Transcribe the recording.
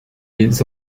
les